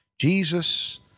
Jesus